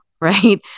right